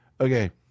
Okay